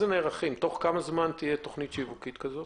תוך כמה זמן תהיה תוכנית כזו?